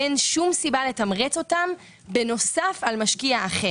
ואין שום סיבה לתמרץ אותם בנוסף על משקיע אחר.